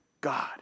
God